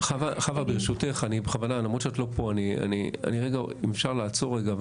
חוה, ברשותך, אם אפשר לעצור רגע.